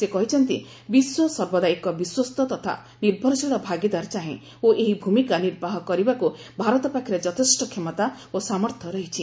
ସେ କହିଛନ୍ତି ବିଶ୍ୱ ସର୍ବଦା ଏକ ବିଶ୍ୱସ୍ତ ତଥା ନିର୍ଭରଶୀଳ ଭାଗିଦାର ଚାହେଁ ଓ ଏହି ଭୂମିକା ନିର୍ବାହ କରିବାକୁ ଭାରତ ପାଖରେ ଯଥେଷ୍ଟ କ୍ଷମତା ଓ ସାମର୍ଥ୍ୟ ରହିଛି